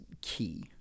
key